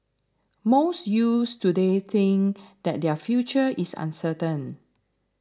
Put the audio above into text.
most youths today think that their future is uncertain